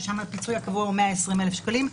ששם הפיצוי הקבוע הוא 120,000 שקלים,